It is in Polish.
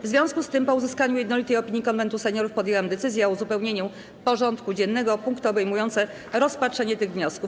W związku z tym, po uzyskaniu jednolitej opinii Konwentu Seniorów, podjęłam decyzję o uzupełnieniu porządku dziennego o punkty obejmujące rozpatrzenie tych wniosków.